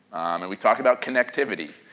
and we talk about connectivity,